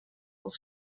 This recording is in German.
aus